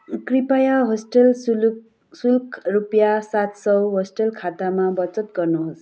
कृपया होस्टल शुल्क शुल्क रुपियाँ सात सय होस्टल खातामा बचत गर्नुहोस्